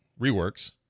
reworks